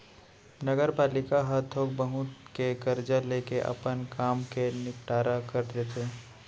नगरपालिका ह थोक बहुत के करजा लेके अपन काम के निंपटारा कर लेथे